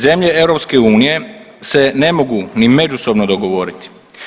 Zemlje EU se ne mogu ni međusobno dogovoriti.